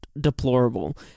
deplorable